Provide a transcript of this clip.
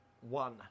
One